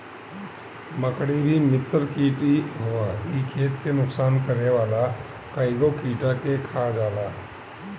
मकड़ी भी मित्र कीट हअ इ खेत के नुकसान करे वाला कइगो कीट के खा जाला